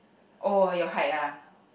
oh your height ah